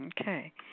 Okay